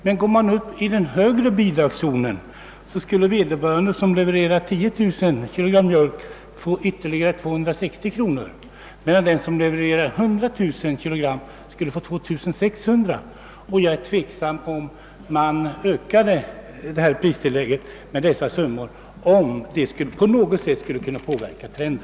Men går man upp i den högre bidragszonen så finner man att den som levererar 10000 kilo mjölk får ytterligare 260 kronor, medan den som <levererar 100 000 kilo skulle få 2 600 kronor. Jag är även härvidlag tveksam om det på något sätt skulle kunna påverka trenden, ifall man ökade pristillägget med dessa summor.